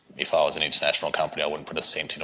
if ah i was an international company i wouldn't put a cent into